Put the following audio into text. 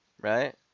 right